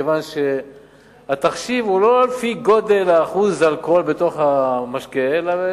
מכיוון שהתחשיב הוא לא לפי גודל ואחוז האלכוהול במשקה אלא